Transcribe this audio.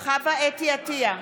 חווה אתי עטייה,